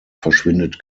verschwindet